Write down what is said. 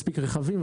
מספיק רכבים,